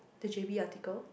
the j_b article